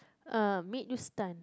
uh make you stun